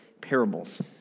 parables